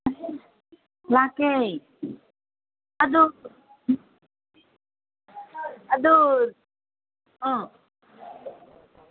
ꯂꯥꯛꯀꯦ ꯑꯗꯨ ꯑꯗꯨ